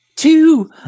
Two